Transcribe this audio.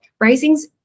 Raising's